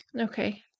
Okay